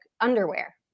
underwear